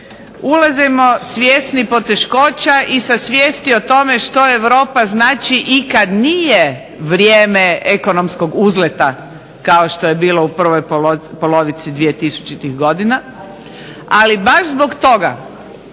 Ulazimo svjesni poteškoća i sa svijesti o tome što Europa znači i kad nije vrijeme ekonomskog uzleta kao što je bilo u prvoj polovici 2000-ih godina, ali baš zbog toga